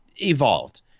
evolved